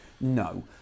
No